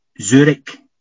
Zurich